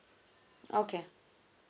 okay